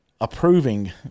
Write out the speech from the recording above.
approving